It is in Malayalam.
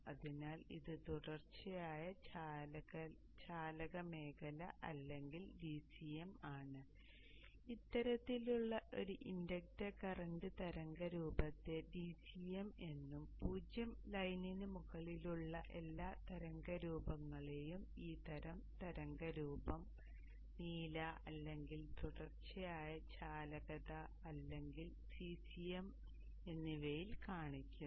അതിനാൽ ഇത് തുടർച്ചയായ ചാലക മേഖല അല്ലെങ്കിൽ DCM ആണ് ഇത്തരത്തിലുള്ള ഒരു ഇൻഡക്ടർ കറന്റ് തരംഗരൂപത്തെ DCM എന്നും 0 ലൈനിന് മുകളിലുള്ള എല്ലാ തരംഗരൂപങ്ങളെയും ഈ തരം തരംഗരൂപം നീല അല്ലെങ്കിൽ തുടർച്ചയായ ചാലകത അല്ലെങ്കിൽ CCM എന്നിവയിൽ കാണിക്കുന്നു